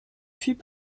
puits